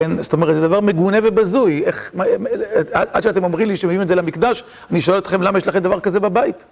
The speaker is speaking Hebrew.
זאת אומרת, זה דבר מגונה ובזוי, איך, מה, עד שאתם אומרים לי שמביאים את זה למקדש, אני אשאל אתכם למה יש לכם דבר כזה בבית.